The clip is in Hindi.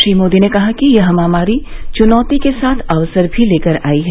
श्री मोदी ने कहा कि यह महामारी चुनौती के साथ अवसर भी लेकर आई है